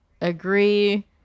agree